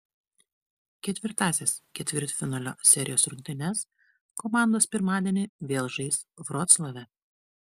ketvirtąsias ketvirtfinalio serijos rungtynes komandos pirmadienį vėl žais vroclave